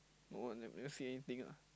what do you see anything ah